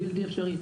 בלתי אפשרי,